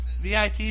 VIP